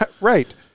right